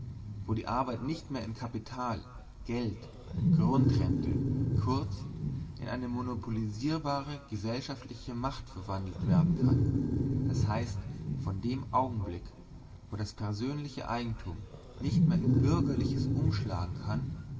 wo die arbeit nicht mehr in kapital geld grundrente kurz in eine monopolisierbare gesellschaftliche macht verwandelt werden kann d h von dem augenblick wo das persönliche eigentum nicht mehr in bürgerliches umschlagen kann